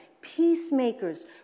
peacemakers